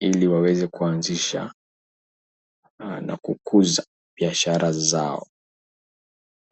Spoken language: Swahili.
ili waweze kuanzisha na kukuza biashara zao.